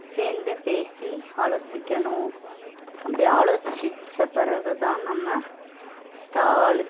சேர்ந்து பேசி ஆலோசிக்கணும் அப்படி ஆலோசித்த பிறகு தான் நம்ம ஸ்டாலுக்கு